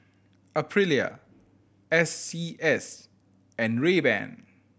Aprilia S C S and Rayban